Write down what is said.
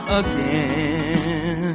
again